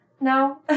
No